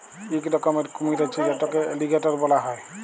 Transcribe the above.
ইক রকমের কুমির আছে যেটকে এলিগ্যাটর ব্যলা হ্যয়